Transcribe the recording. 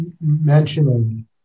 mentioning